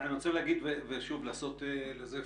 אני רוצה לעשות "פריימינג"